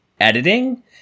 Editing